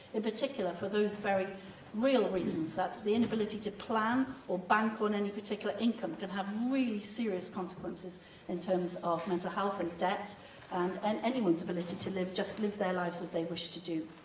in particular for those very real reasons that the inability to plan or bank on any particular income can have really serious consequences in terms of mental health and debt and and anyone's ability to just live their lives as they wish to do.